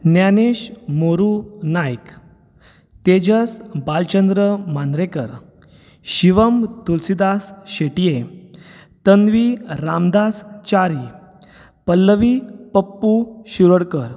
Gyanesh Mhoru Naik Tejas Bhalchandra Mandrekar Shivam Tulsidas Shetye Tanvi Ramdas Chari Pallavi Pappu Shirodkar